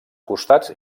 costats